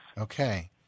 Okay